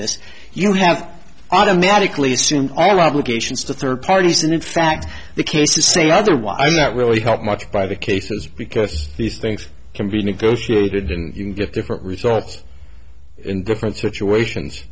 this you have automatically assumed all obligations to third parties and in fact the case to say otherwise that really helped much by the cases because these things can be negotiated and you can get different results in different situations